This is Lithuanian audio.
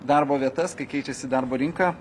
darbo vietas kai keičiasi darbo rinka